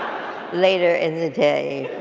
later in the day.